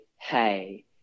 hey